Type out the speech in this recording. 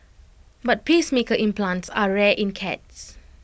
but pacemaker implants are rare in cats